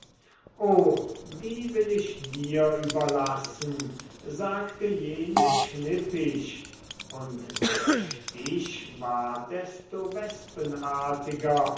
o die will ich dir überlassen sagte jene schnippisch und der stich war desto wespenartiger